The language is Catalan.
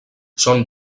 són